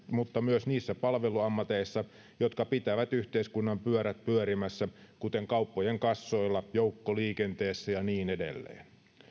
mutta myös niissä palveluammateissa jotka pitävät yhteiskunnan pyörät pyörimässä kuten kauppojen kassoilla joukkoliikenteessä ja niin edelleen